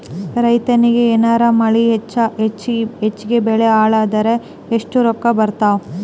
ರೈತನಿಗ ಏನಾರ ಮಳಿ ಹೆಚ್ಚಾಗಿಬೆಳಿ ಹಾಳಾದರ ಎಷ್ಟುರೊಕ್ಕಾ ಬರತ್ತಾವ?